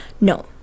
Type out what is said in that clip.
no